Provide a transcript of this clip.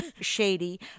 shady